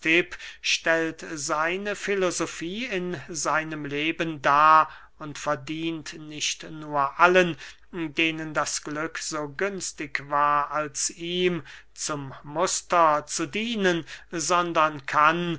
stellt seine filosofie in seinem leben dar und verdient nicht nur allen denen das glück so günstig war als ihm zum muster zu dienen sondern kann